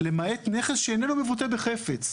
למעט נכס שאיננו מבוטא בחפץ.